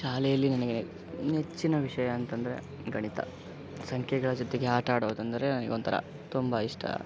ಶಾಲೆಯಲ್ಲಿ ನನಗೆ ನೆಚ್ಚಿನ ವಿಷಯ ಅಂತಂದರೆ ಗಣಿತ ಸಂಖ್ಯೆಗಳ ಜೊತೆಗೆ ಆಟ ಆಡೋದು ಅಂದರೆ ನನಗೆ ಒಂಥರ ತುಂಬಾ ಇಷ್ಟ